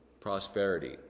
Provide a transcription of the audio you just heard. Prosperity